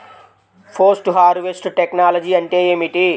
Post harvest technology అంటే ఏమిటి?